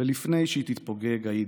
ולפני שהיא תתפוגג, היידיש,